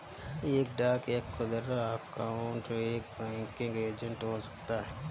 एक डाक या खुदरा आउटलेट एक बैंकिंग एजेंट हो सकता है